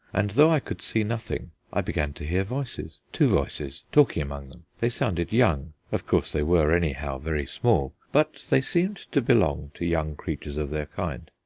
and though i could see nothing, i began to hear voices two voices talking among them. they sounded young of course they were anyhow very small, but they seemed to belong to young creatures of their kind.